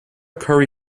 curry